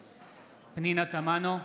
(קורא בשם חברת הכנסת) פנינה תמנו,